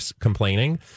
complaining